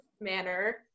manner